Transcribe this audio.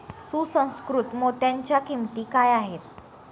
सुसंस्कृत मोत्यांच्या किंमती काय आहेत